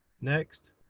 next.